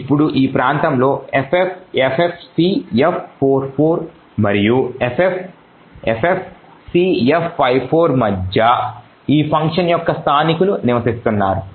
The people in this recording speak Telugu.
ఇప్పుడు ఈ ప్రాంతంలో ffffcf44 మరియు ffffcf54 మధ్య ఈ ఫంక్షన్ యొక్క స్థానికులు నివసిస్తున్నారు